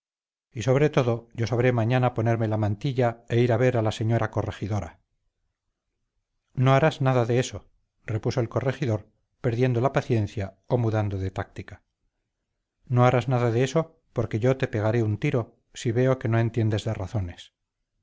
y sobre todo yo sabré mañana ponerme la mantilla e ir a ver a la señora corregidora no harás nada de eso repuso el corregidor perdiendo la paciencia o mudando de táctica no harás nada de eso porque yo te pegaré un tiro si veo que no entiendes de razones